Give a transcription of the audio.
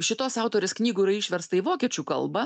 šitos autorės knygų yra išversta į vokiečių kalbą